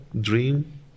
dream